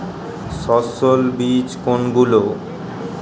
সস্যল বীজ কোনগুলো?